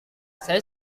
saya